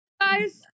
guys